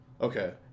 Okay